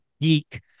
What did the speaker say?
geek